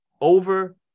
over